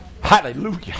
Hallelujah